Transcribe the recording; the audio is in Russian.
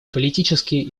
политические